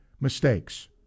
mistakes